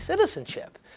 citizenship